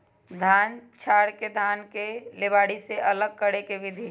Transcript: धान झाड़ के धान के लेबारी से अलग करे के विधि